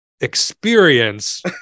experience